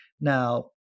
now